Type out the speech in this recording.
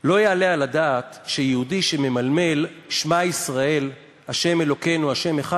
לא יעלה על הדעת שיהודי שממלמל "שמע ישראל ה' אלוקינו ה' אחד"